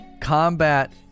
combat